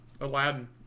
Aladdin